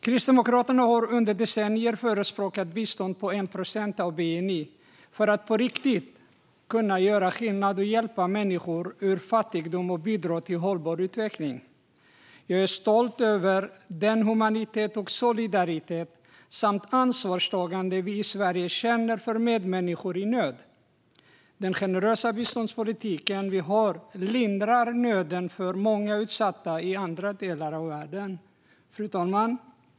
Kristdemokraterna har under decennier förespråkat bistånd på 1 procent av bni för att på riktigt kunna göra skillnad och hjälpa människor ur fattigdom och bidra till hållbar utveckling. Jag är stolt över den humanitet och solidaritet och det ansvarstagande vi i Sverige känner för medmänniskor i nöd. Den generösa biståndspolitiken vi har lindrar nöden för många utsatta i andra delar i världen. Fru talman!